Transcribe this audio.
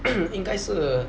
应该是